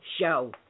show